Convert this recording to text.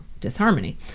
disharmony